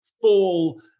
fall